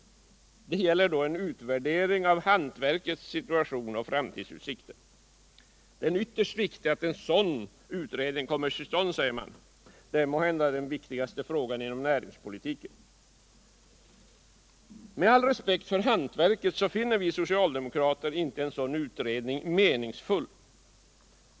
Det gäller en utvärdering av hantverkets situation och framtidsutsikter. Det är ytterst viktigt att en sådan utredning kommer till stånd, säger man. Det är måhända den viktigaste frågan inom näringspolitiken. Med all respekt för hantverket finner vi socialdemokrater inte en sådan utredning meningsfull.